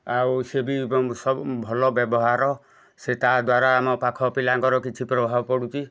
ଆଉ ସିଏ ବି ଏବଂ ସବୁ ଭଲ ବ୍ୟବହାର ସିଏ ତା ଦ୍ୱାରା ଆମ ପାଖ ପିଲାଙ୍କର କିଛି ପ୍ରଭାବ ପଡ଼ୁଛି